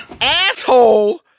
Asshole